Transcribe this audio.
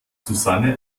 susanne